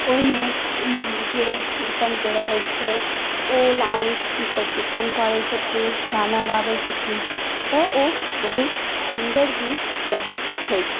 ओहिमे जे कीर्तनके रहै छै ओ लाइन पर कीर्तन करै छथिन गाना गाबै छथिन तऽ ओ बहुत सुन्दर ही रहैत छथि